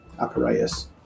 apparatus